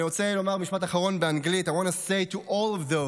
אני רוצה לומר משפט אחרון באנגלית: I want to say to all of those